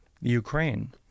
Ukraine